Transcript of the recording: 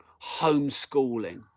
homeschooling